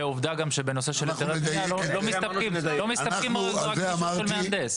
ועובדה שבנושא של היתרי בנייה לא מסתפקים רק באישור של מהנדס.